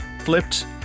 flipped